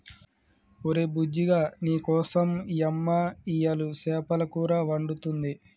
ఒరే బుజ్జిగా నీకోసం యమ్మ ఇయ్యలు సేపల కూర వండుతుంది